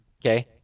Okay